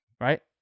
right